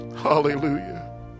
hallelujah